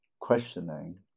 questioning